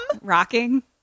Rocking